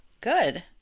Good